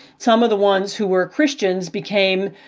some of the ones who were christians became,